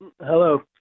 Hello